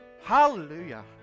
Hallelujah